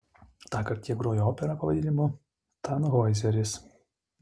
tąkart jie grojo operą pavadinimu tanhoizeris